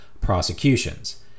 prosecutions